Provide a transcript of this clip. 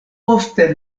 ofte